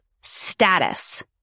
status